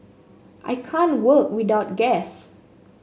I can't work without gas